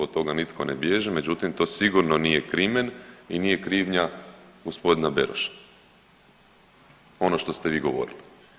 Od toga nitko ne bježi, međutim to sigurno nije krimen i nije krivnja gospodina Beroša ono što ste vi govorili.